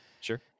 Sure